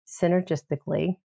synergistically